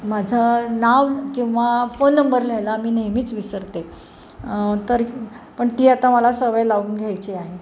माझं नाव किंवा फोन नंबर लिहायला मी नेहमीच विसरते तर पण ती आता मला सवय लावून घ्यायची आहे